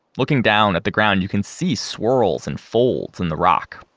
looking down at the ground, you can see swirls and folds in the rock,